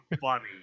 funny